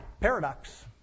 Paradox